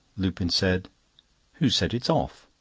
lupin said who said it is off?